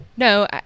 No